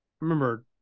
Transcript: remember